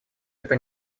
это